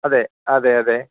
അതെ അതെ അതെ